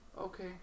Okay